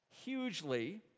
hugely